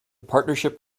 partnership